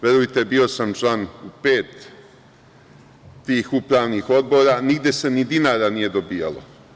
Verujte, bio sam član pet tih upravnih odbora i nigde se ni dinara nije dobijalo.